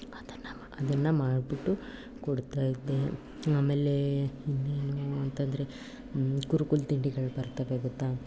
ಅದನ್ನು ಮಾ ಅದನ್ನು ಮಾಡಿಬಿಟ್ಟು ಕೊಡ್ತಾಯಿದ್ದೆ ಆಮೇಲೆ ಇನ್ನೇನೂ ಅಂತ ಅಂದ್ರೆ ಕುರುಕುಲು ತಿಂಡಿಗಳು ಬರ್ತವೆ ಗೊತ್ತಾ